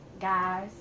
guys